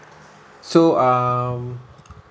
so um